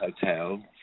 hotel